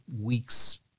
weeks